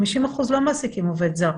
50% לא מעסיקים עובד זר,